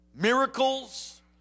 miracles